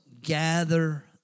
gather